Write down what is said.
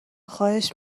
خواهش